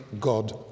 God